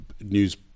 news